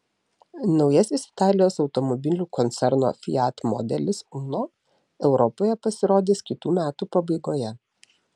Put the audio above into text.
naujasis italijos automobilių koncerno fiat modelis uno europoje pasirodys kitų metų pabaigoje